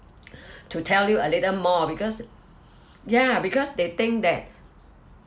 to tell you a little more because ya because they think that